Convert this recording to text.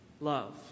love